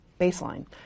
Baseline